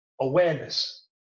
awareness